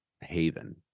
haven